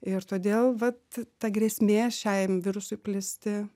ir todėl vat grėsmė šiam virusui plisti